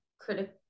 critic